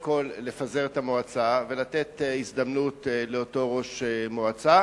כול לפזר את המועצה ולתת הזדמנות לאותו ראש מועצה,